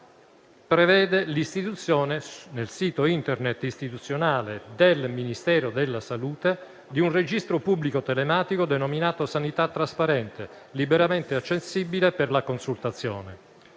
prevede l'istituzione, nel sito Internet istituzionale del Ministero della salute, di un registro pubblico telematico denominato "Sanità trasparente", liberamente accessibile per la consultazione.